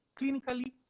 clinically